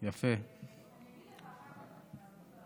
אני אגיד לך אחר כך,